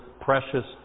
precious